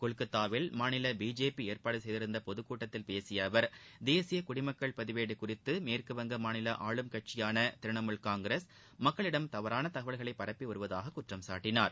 கொல்கத்தாவில் மாநில பிஜேபி ஏற்பாடு செய்திருந்த பொதுக்கூட்டத்தில் பேசிய அவர் தேசிய குடிமக்கள் பதிவேடு குறித்து மேற்குவங்க மாநில ஆளும் கட்சியான திரிணாமுல் காங்கிரஸ் மக்களிடம் தவறான தகவல்களை பரப்பி வருவதாக குற்றம் சாட்டினார்